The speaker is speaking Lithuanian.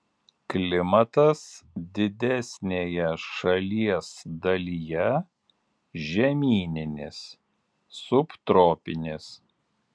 klimatas didesnėje šalies dalyje žemyninis subtropinis